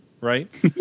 right